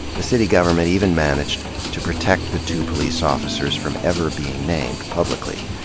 the city government even managed to protect the two police officers from ever being named publicly.